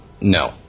No